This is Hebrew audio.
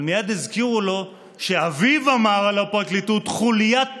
אבל מייד הזכירו לו שאביו אמר על הפרקליטות "חוליית טרור".